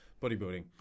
bodybuilding